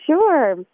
Sure